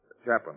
chaplain